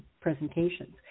presentations